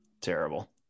Terrible